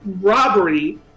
robbery